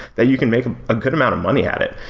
then you can make a good amount of money at it,